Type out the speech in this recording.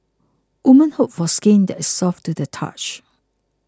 women hope for skin that is soft to the touch